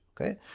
okay